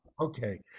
okay